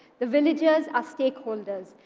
the villagers are stakeholders.